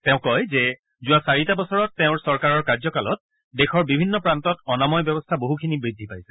তেওঁ কয় যে যোৱা চাৰিটা বছৰত তেওঁৰ চৰকাৰৰ কাৰ্যকালত দেশৰ বিভিন্ন প্ৰান্তত অনাময় ব্যৱস্থা যথেষ্ট বৃদ্ধি পাইছে